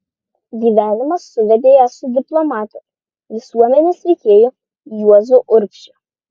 gyvenimas suvedė ją su diplomatu visuomenės veikėju juozu urbšiu